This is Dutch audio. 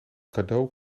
cadeau